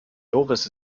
doris